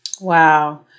Wow